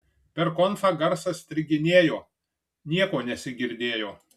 per konfą garsas striginėjo nieko nesigirdėjo